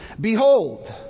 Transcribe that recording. Behold